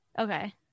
Okay